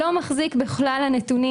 לא מחזיק בכלל הנתונים.